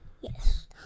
Yes